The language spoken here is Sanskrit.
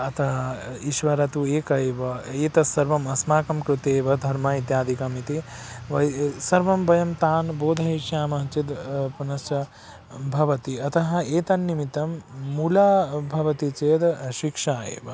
अतः ईश्वरः तु एकः एव एतत्सर्वम् अस्माकं कृतेव धर्मः इत्यादिकम् इति वै सर्वं वयं तान् बोधयिष्यामः चेत् पुनश्च भवति अतः एतन्निमित्तं मूला भवति चेत् शिक्षा एव